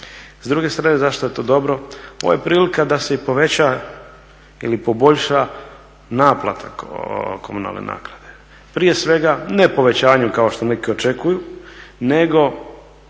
S druge strane zašto je to dobro, ovo je prilika da se i poveća ili poboljša naknada komunalne naknade. Prije svega ne povećanju kao što neki očekuju, nego